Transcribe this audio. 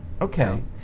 Okay